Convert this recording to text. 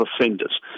offenders